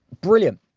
Brilliant